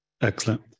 Excellent